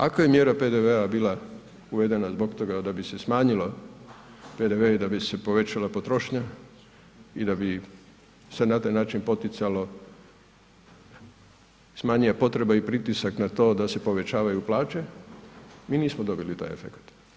Ako je mjera PDV-a bila uvedena zbog toga da bi se smanjio PDV i da bi se povećala potrošnja i da bi se na taj način poticalo smanjila potreba i pritisak na to da se povećavaju plaće, mi nismo dobili taj efekat.